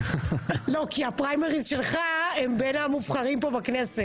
לא, כי הפריימריז שלך הם בין המובחרים פה בכנסת.